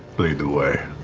lead the way.